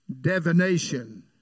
divination